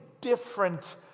different